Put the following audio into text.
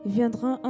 viendra